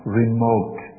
remote